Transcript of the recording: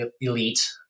elite